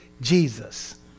Jesus